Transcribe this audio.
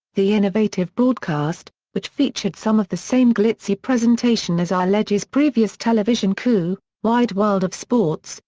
the innovative broadcast, which featured some of the same glitzy presentation as arledge's previous television coup, wide world of sports,